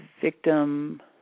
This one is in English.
victim